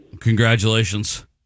Congratulations